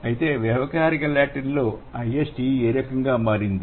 అయితే వ్యావహారిక లాటిన్ లో i s t e ఏ రకంగా మారింది